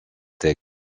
tech